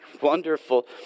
wonderful